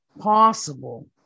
possible